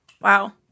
Wow